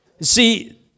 See